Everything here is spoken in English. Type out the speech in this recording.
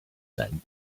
said